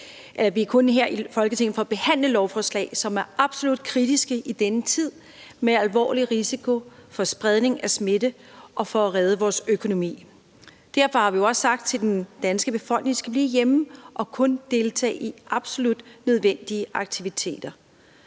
kun samlet her i Folketinget for at behandle lovforslag, som er absolut kritiske i denne tid med alvorlig risiko for spredning af smitte – og for at redde vores økonomi. Derfor har vi jo også sagt til den danske befolkning, at de skal blive hjemme og kun deltage i absolut nødvendige aktiviteter.